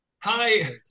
hi